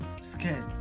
scared